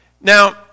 Now